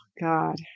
God